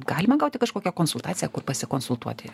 galima gauti kažkokią konsultaciją kur pasikonsultuoti